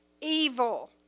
evil